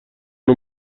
اون